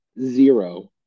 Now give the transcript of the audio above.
zero